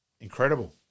incredible